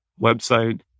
website